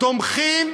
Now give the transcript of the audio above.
תומכים